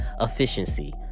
Efficiency